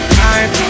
time